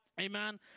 Amen